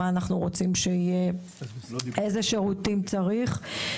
את מה שאנחנו רוצים שיהיה ואילו שירותים צריך,